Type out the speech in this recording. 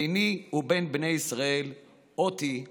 ביני ובין בני ישראל אות היא לעֹלם".